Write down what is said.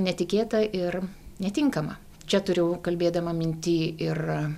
netikėta ir netinkama čia turiu kalbėdama minty ir